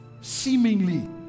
seemingly